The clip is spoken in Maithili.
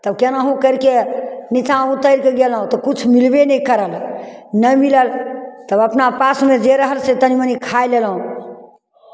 तब केनाहु करि कऽ नीचा उतरि कऽ गयलहुँ तऽ किछु मिलबे नहि करल नहि मिलल तऽ अपना पासमे जे रहल से तनी मनी खाय लेलहुँ